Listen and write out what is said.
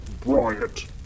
Bryant